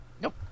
Nope